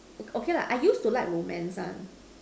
okay lah I used to like romance one